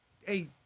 Hey